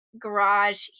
garage